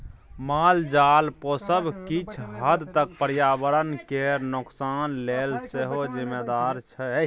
मालजाल पोसब किछ हद तक पर्यावरण केर नोकसान लेल सेहो जिम्मेदार छै